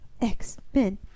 X-Men